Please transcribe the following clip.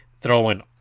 throwing